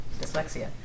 Dyslexia